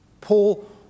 Paul